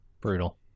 brutal